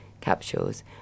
capsules